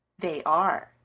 they are,